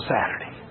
Saturday